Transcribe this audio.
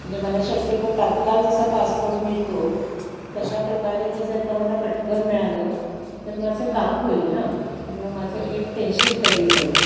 म्हणजे मला शक्यतो तात्काळ जसा पासपोर्ट मिळतो तशा प्रकारे हे जर का मला पटकन मिळालं तर माझं काम होईल ना म्हणजे माझं एक टेन्शन तरी जाईल